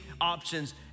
options